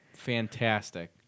Fantastic